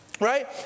right